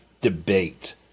debate